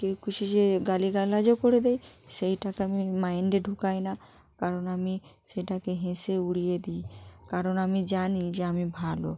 কেউ কিছু যে গালিগালাজও করে দেয় সেইটাকে আমি মাইন্ডে ঢোকাই না কারণ আমি সেইটাকে হেসে উড়িয়ে দিই কারণ আমি জানি যে আমি ভালো